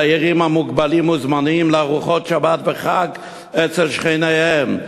הדיירים המוגבלים מוזמנים לארוחות שבת וחג אצל שכניהם,